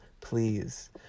please